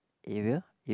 area if